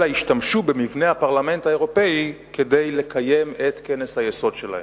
אלא השתמשו במבנה הפרלמנט האירופי כדי לקיים את כנס היסוד שלהם.